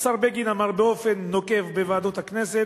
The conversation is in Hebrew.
השר בגין אמר באופן נוקב בוועדות הכנסת: